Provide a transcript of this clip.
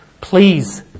Please